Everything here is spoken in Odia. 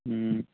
ହୁଁ